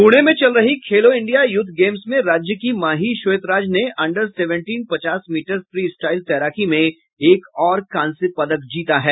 पुणे में चल रही खेलो इंडिया यूथ गेम्स में राज्य की माही श्वेतराज ने अंडर सेवेंटीन पचास मीटर फ्री स्टाइल तैराकी में एक और कांस्य पदक जीता है